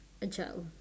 a child